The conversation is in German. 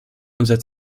unser